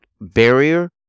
barrier